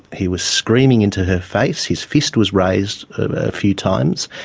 he was screaming into her face, his fist was raised a few times.